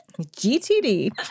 GTD